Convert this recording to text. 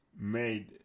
made